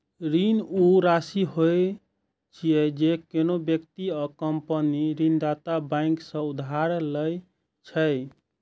ऋण ऊ राशि छियै, जे कोनो व्यक्ति या कंपनी ऋणदाता बैंक सं उधार लए छै